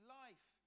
life